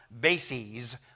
bases